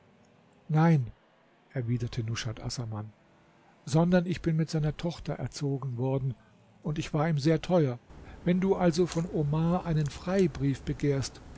nein erwiderte nushat assaman sondern ich bin mit seiner tochter erzogen worden und ich war ihm sehr teuer wenn du also von omar einen freibrief begehrst